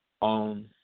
on